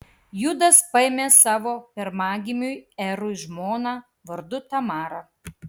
judas paėmė savo pirmagimiui erui žmoną vardu tamara